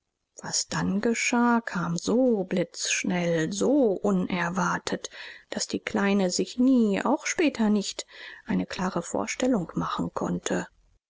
was dann geschah kam so blitzschnell so unerwartet daß die kleine sich nie auch später nicht eine klare vorstellung machen konnte